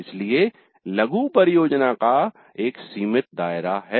इसलिए लघु परियोजना का एक सीमित दायरा है